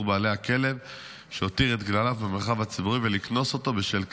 בעלי הכלב שהותיר את גלליו במרחב הציבורי ולקנוס אותו בשל כך.